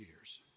years